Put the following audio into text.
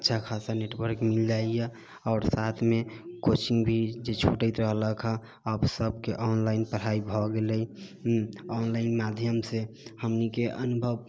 अच्छा खासा नेटवर्क मिल जाइया आओर साथमे कोचिङ्ग भी जे छूटैत रहलक हँ अब सबके ऑनलाइन पढ़ाइ भए गेलै ऑनलाइन माध्यम से हमनीके अनुभव